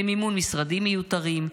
למימון משרדים מיותרים,